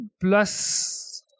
Plus